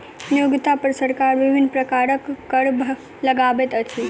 नियोक्ता पर सरकार विभिन्न प्रकारक कर लगबैत अछि